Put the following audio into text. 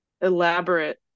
elaborate